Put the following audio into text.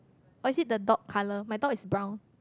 oh is it the dog color my dog is brown